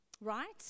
right